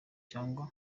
cyangwa